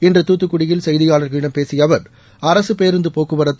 இன்று துத்துக்குடியில் செய்தியாளர்களிடம் பேசிய அவர் அரசு பேருந்து போக்குவரத்து